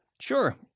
Sure